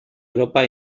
europa